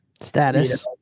status